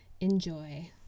Enjoy